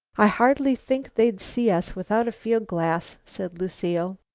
i hardly think they'd see us without a field glass, said lucile.